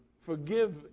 forgive